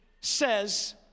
says